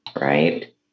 Right